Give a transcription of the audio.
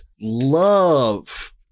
love